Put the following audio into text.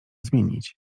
zmienić